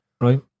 right